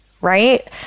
right